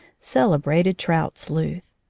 celebrated trout-sleuth.